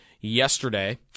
yesterday